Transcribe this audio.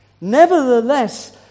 Nevertheless